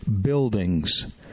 buildings